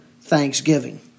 thanksgiving